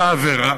של העבירה.